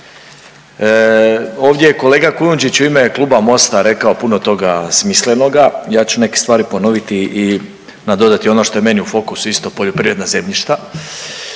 Ovdje je kolega Kujundžić u ime Kluba Mosta rekao puno toga smislenoga, ja ću neke stvari ponoviti i nadodati ono što je meni u fokusu, isto poljoprivredna zemljišta.